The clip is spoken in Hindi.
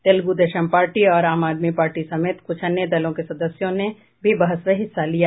तेलुगुदेशम पार्टी और आम आदमी पार्टी समेत कुछ अन्य दलों के सदस्यों ने भी बहस में हिस्सा लिया